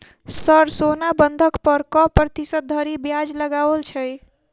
Sir सोना बंधक पर कऽ प्रतिशत धरि ब्याज लगाओल छैय?